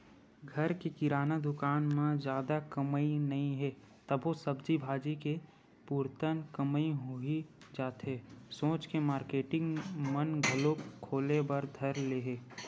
घर के किराना दुकान म जादा कमई नइ हे तभो सब्जी भाजी के पुरतन कमई होही जाथे सोच के मारकेटिंग मन घलोक खोले बर धर ले हे